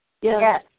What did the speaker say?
Yes